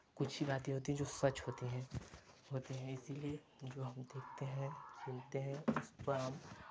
कुछ ही बाते होती हैं जो सच होती हैं होती हैं इसी लिए जो हम देखते हैं सुनते है देखते हैं वह हम